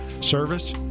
service